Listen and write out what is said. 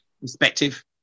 perspective